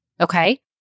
Okay